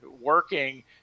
working